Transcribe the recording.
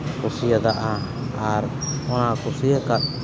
ᱠᱩᱥᱤᱭᱟᱜᱼᱟ ᱟᱨ ᱱᱚᱣᱟ ᱠᱩᱥᱤᱭᱟᱠᱟᱜ